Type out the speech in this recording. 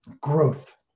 Growth